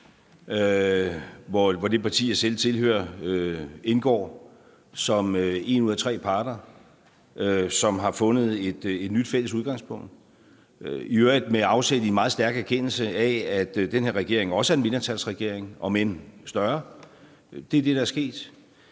hvor det parti, jeg selv tilhører, indgår som en ud af tre parter, som har fundet et nyt fælles udgangspunkt. Det er i øvrigt med afsæt i en meget stærk erkendelse af, at den her regering også er en mindretalsregering, om end større. Det er det, der er sket.